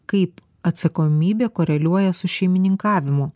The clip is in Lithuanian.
kaip atsakomybė koreliuoja su šeimininkavimu